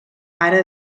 ara